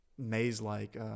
maze-like